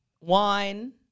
Wine